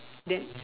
then